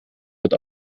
wird